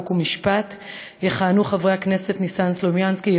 חוק ומשפט יכהנו חברי הכנסת ניסן סלומינסקי,